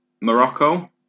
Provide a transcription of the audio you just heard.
Morocco